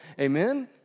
Amen